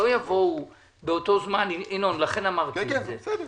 הצעת תקנות עובדים זרים (אגרת בקשה ואגרה